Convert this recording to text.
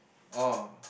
oh